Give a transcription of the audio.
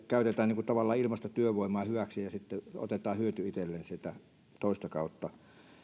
käytetään niin kuin tavallaan ilmaista työvoimaa hyväksi ja sitten otetaan hyöty itselle sieltä toista kautta